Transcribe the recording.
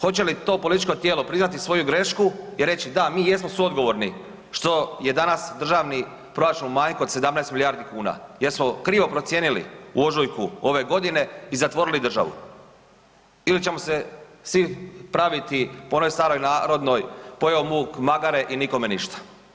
Hoće li to političko tijelo priznati svoju grešku i reći da, mi jesmo suodgovorni što je danas državni proračun u manjku od 17 milijardi kuna jer smo krivo procijenili u ožujku ove godine i zatvorili državu ili ćemo se svi praviti po onoj staroj narodnoj „Pojeo vuk magare“ i nikome ništa.